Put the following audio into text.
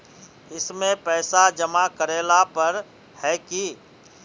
इसमें पैसा जमा करेला पर है की?